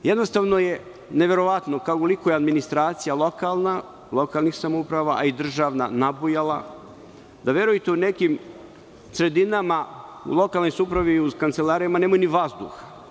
Jednostavno je neverovatno, kao u liku je administracija lokalnih samouprava, a i državna nabujala da, verujte, u nekim sredinama u lokalnoj samoupravi i u kancelarijama nemaju ni vazduh.